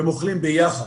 והם אוכלים ביחד.